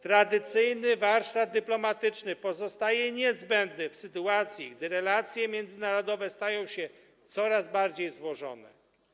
Tradycyjny warsztat dyplomatyczny pozostaje niezbędny w sytuacji, gdy relacje międzynarodowe stają się coraz bardziej złożone.